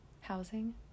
housing